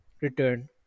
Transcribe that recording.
return